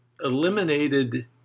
eliminated